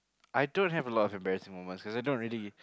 I don't have a lot of embarrassing moment so I don't really